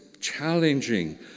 challenging